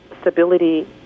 stability